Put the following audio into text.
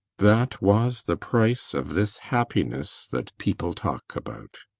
that was the price of this happiness that people talk about.